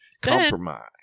Compromise